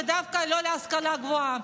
ודווקא לא להשכלה הגבוהה.